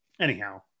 anyhow